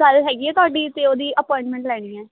ਗੱਲ ਹੈਗੀ ਆ ਤੁਹਾਡੀ ਅਤੇ ਉਹਦੀ ਅਪੋਆਇੰਟਮੈਂਟ ਲੈਣੀ ਹੈ